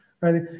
right